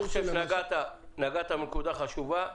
נגעת בנקודה חשובה.